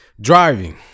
Driving